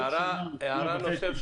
הערה שנייה.